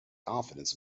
confidence